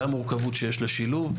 והמורכבות שיש לשילוב.